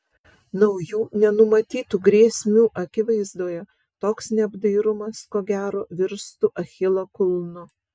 naujų nenumatytų grėsmių akivaizdoje toks neapdairumas ko gero virstų achilo kulnu